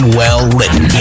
well-written